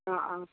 অ অ